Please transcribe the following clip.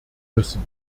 müssen